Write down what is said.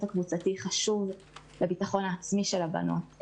הקבוצתי חשוב לביטחון העצמי של הבנות,